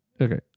okay